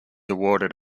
awarded